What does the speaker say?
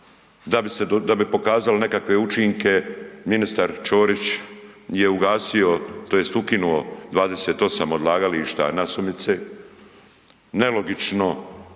da bi pokazalo nekakve učinke, ministar Čorić je ugasio tj. ukinuo 28 odlagališta nasumice, nelogično